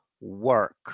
work